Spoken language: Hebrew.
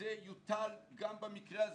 שזה יוטל גם במקרה הזה,